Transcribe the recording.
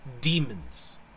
demons